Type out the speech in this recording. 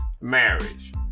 marriage